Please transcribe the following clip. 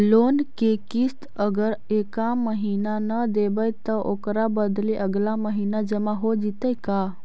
Loan के किस्त अगर एका महिना न देबै त ओकर बदले अगला महिना जमा हो जितै का?